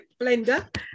blender